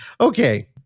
Okay